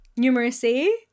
numeracy